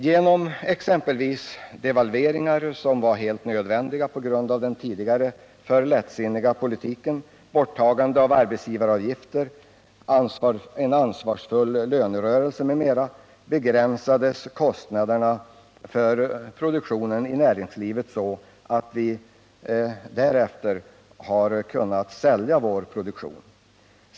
Genom exempelvis devalveringar, vilka var helt nödvändiga på grund av den tidigare för lättsinniga politiken, genom borttagande av arbetsgivaravgifter och genom en ansvarsfull lönerörelse m.m. kunde kostnaderna för produktionen i näringslivet begränsas. Därigenom kunde vi sälja vår produktion 1977 och 1978.